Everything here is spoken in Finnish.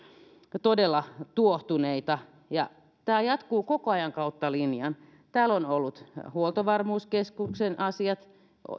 todella tuohtuneita tämä jatkuu koko ajan kautta linjan täällä on ollut huoltovarmuuskeskuksen asiat